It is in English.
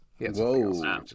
Whoa